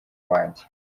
wanjye